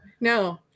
no